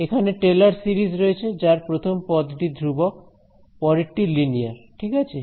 এখানে Taylor series রয়েছে যার প্রথম পদটি ধ্রুবক পরেরটি লিনিয়ার ঠিক আছে